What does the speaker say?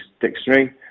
Dictionary